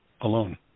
alone